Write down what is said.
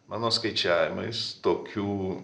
mano skaičiavimais tokių